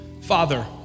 Father